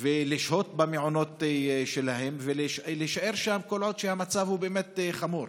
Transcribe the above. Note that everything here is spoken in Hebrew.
ולשהות במעונות שלהם ולהישאר שם כל עוד המצב באמת חמור.